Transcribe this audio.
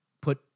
put